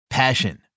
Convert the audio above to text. Passion